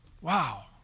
Wow